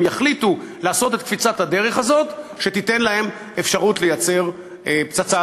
יחליטו לעשות את קפיצת הדרך הזאת שתיתן להם אפשרות לייצר פצצה,